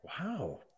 Wow